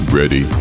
ready